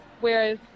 whereas